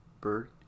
Bird